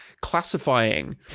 classifying